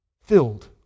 filled